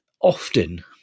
Often